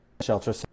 shelter